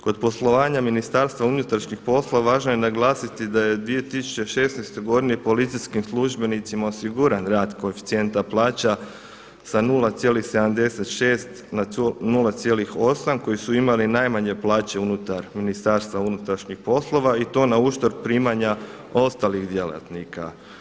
Kod poslovanja Ministarstva unutrašnjih poslova važno je naglasiti da je 2016. godini policijskim službenicima osiguran rad koeficijenta plaća sa 0,76 na 0,8 koji su imali najmanje plaće unutar Ministarstva unutrašnjih poslova i to na uštrb primanja ostalih djelatnika.